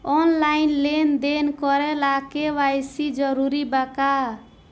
Online लेन देन करे ला के.वाइ.सी जरूरी बा का?